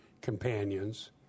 companions